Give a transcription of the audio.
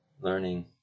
learning